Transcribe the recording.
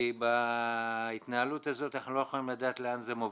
כי בהתנהלות הזאת אנחנו לא יכולים לדעת לאן זה מוביל.